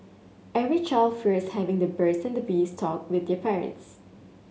every child fears having the birds and the bees talk with their parents